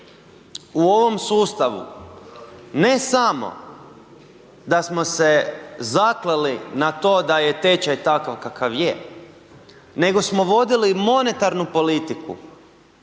u ovom sustavu ne samo da smo se zakleli na to da je tečaj takav kakav je, nego smo vodili monetarnu politiku